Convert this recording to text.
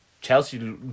Chelsea